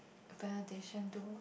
a presentation to